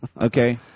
Okay